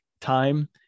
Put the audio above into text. time